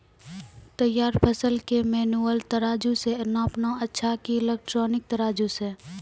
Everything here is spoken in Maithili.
तैयार फसल के मेनुअल तराजु से नापना अच्छा कि इलेक्ट्रॉनिक तराजु से?